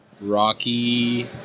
Rocky